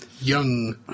young